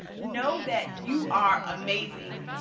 know that you are amazing.